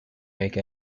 make